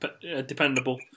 dependable